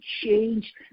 change